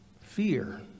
Fear